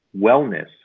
wellness